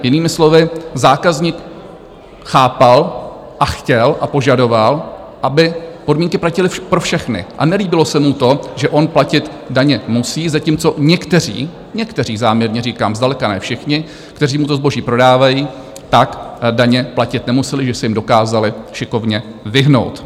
Jinými slovy zákazník chápal a chtěl a požadoval, aby stejné podmínky platily pro všechny, a nelíbilo se mu to, že on platit daně musí, zatímco někteří někteří záměrně říkám, zdaleka ne všichni kteří mu to zboží prodávají, tak daně platit nemuseli, protože se jim dokázali šikovně vyhnout.